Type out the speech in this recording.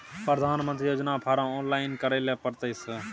प्रधानमंत्री योजना form online करैले परतै सर?